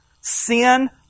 sin